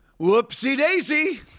Whoopsie-daisy